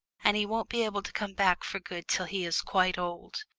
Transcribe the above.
and he won't be able to come back for good till he is quite old.